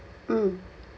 mm